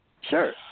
Sure